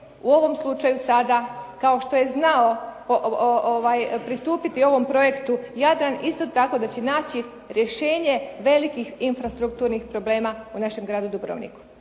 u ovom slučaju sada, kao što je znao pristupiti ovom projektu Jadran isto tako da će naći rješenje velikih infrastrukturnih problema u našem gradu Dubrovniku.